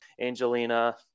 Angelina